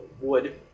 wood